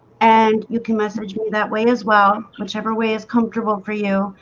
and you can message me that way as well. whichever way is comfortable for you